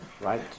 Right